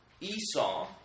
Esau